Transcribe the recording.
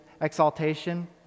exaltation